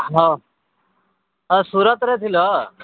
ହଁ ସୁରଟରେ ଥିଲ